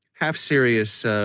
half-serious